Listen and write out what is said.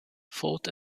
fought